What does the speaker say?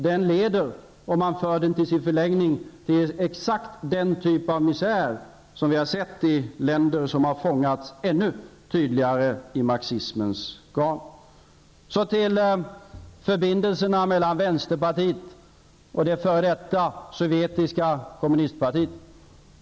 Den leder i sin förlängning till exakt den typ av misär som vi har sett i länder som ännu tydligare sitter fast i marxismens garn. Så till förbindelserna mellan vänsterpartiet och det f.d. sovjetiska kommunistpartiet.